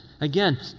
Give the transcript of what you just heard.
again